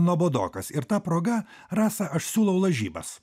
nuobodokas ir ta proga rasa aš siūlau lažybas